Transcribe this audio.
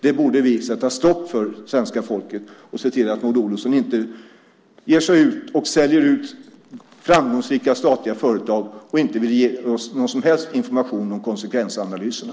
Det borde svenska folket sätta stopp för och se till att Maud Olofsson inte säljer ut framgångsrika statliga företag utan att ge oss någon som helst information om konsekvensanalyserna.